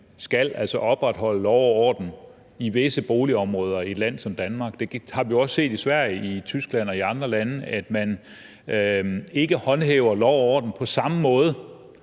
altså opretholde lov og orden i visse boligområder, i et land som Danmark? Vi har også set i Sverige, i Tyskland og i andre lande, at man ikke håndhæver lov og orden på samme måde